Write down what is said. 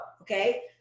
okay